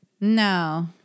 No